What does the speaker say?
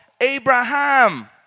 Abraham